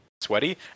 sweaty